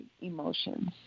emotions